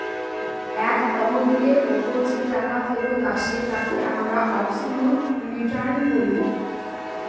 এক তহবিলের ওপর যে টাকা ফেরত আসে তাকে আমরা অবসোলুট রিটার্ন বলি